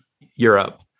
Europe